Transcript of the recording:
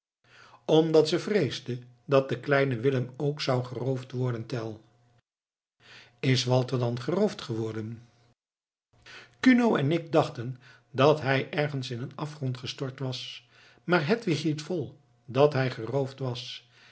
omdat ze vreesde dat de kleine willem ook zou geroofd worden tell is walter dan geroofd geworden kuno en ik dachten dat hij ergens in een afgrond gestort was maar hedwig hield vol dat hij geroofd was